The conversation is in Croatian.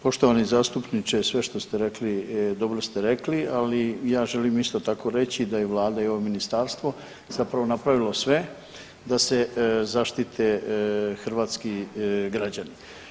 Poštovani zastupniče, sve što ste rekli dobro ste rekli, ali ja želim isto tako reći da je vlada i ovo ministarstvo zapravo napravilo sve da se zaštite hrvatski građani.